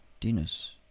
Dennis